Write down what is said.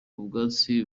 ubwatsi